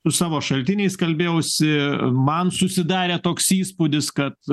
su savo šaltiniais kalbėjausi man susidarė toks įspūdis kad